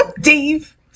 Dave